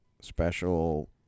special